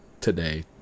today